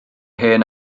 hen